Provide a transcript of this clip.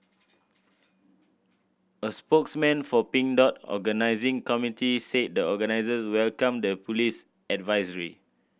a spokesman for Pink Dot organising committee said the organisers welcomed the police advisory